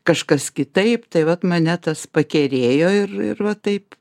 kažkas kitaip tai vat mane tas pakerėjo ir ir va taip